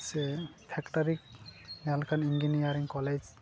ᱥᱮ factory engineering college